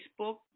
Facebook